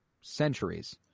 centuries